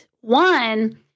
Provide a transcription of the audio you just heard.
one